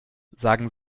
sagen